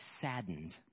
saddened